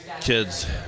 kids